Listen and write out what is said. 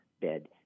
bed